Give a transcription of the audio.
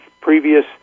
previous